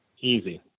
easy